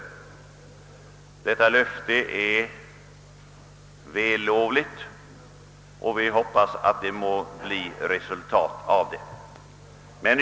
Detta löfte är välkommet, och vi hoppas att denna promemoria kommer att leda till resultat.